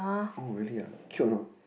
oh really ah cute a not